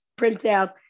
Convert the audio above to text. printout